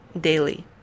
daily